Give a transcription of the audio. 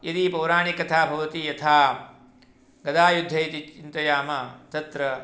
यदि पौराणिककथा भवति यथा गदायुद्धम् इति चिन्तयामः तत्र